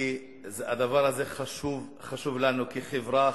כי הדבר הזה חשוב לנו כחברה,